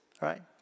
right